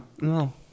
No